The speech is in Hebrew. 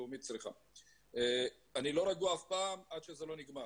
אני רוצה להתחיל